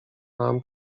nam